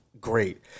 great